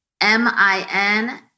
M-I-N